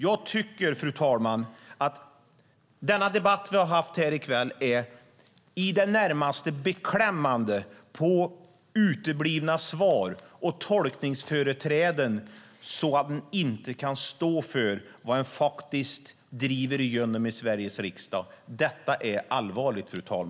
Jag tycker, fru talman, att den debatt vi haft här i kväll är i det närmaste beklämmande med uteblivna svar och tolkningsföreträden där ni inte kan stå för vad ni faktiskt driver igenom i Sveriges riksdag. Detta är allvarligt, fru talman.